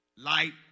Light